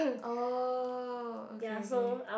oh okay okay